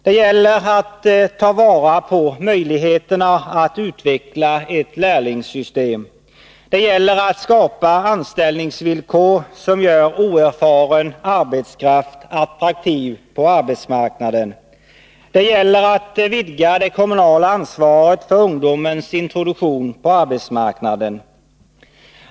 Det gäller att ta vara på möjligheterna att utveckla ett lärlingssystem. Det gäller att skapa anställningsvillkor som gör oerfaren arbetskraft attraktiv på arbetsmarknaden. Det gäller att vidga det kommunala ansvaret för ungdomens introduktion på arbetsmarknaden.